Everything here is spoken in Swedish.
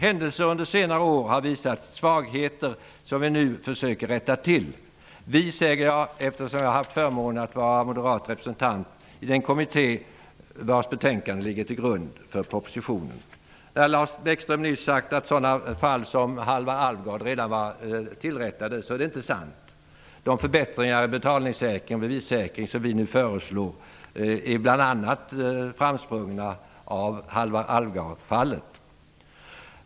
Händelser under senare år har visat svagheter som vi nu försöker rätta till -- jag säger ''vi'' eftersom jag har haft förmånen att vara moderat representant i den kommitté vars betänkande ligger till grund för propositionen. Lars Bäckström sade nyss att sådana fall som Halvar Alvgard redan var tillrättade. Det är inte sant. De förbättringar i betalningssäkring och bevissäkring som vi nu föreslår är framsprungna ur bl.a. Halvar Alvgard-fallet.